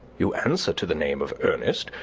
you answer to the name of ernest.